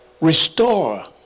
restore